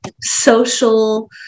social